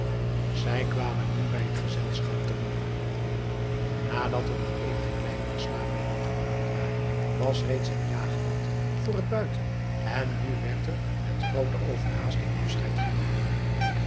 zij kwamen nu bij het gezelschap teru nadat er nog eenige kleine versnaperingen gebruikt waren was reeds het jaagpaard voor het buiten en nu werd er met groote overhaasting afscheid genomen